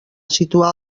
situar